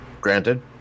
Granted